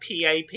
PAP